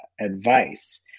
advice